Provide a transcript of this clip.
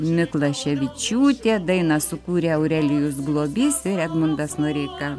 miklaševičiūtė dainą sukūrė aurelijus globys ir edmundas noreika